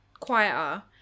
quieter